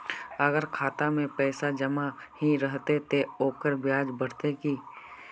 अगर खाता में पैसा जमा ही रहते ते ओकर ब्याज बढ़ते की?